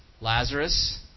Lazarus